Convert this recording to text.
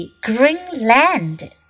Greenland